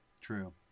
True